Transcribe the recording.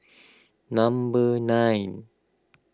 number nine